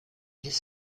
his